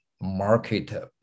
market